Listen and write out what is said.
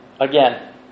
again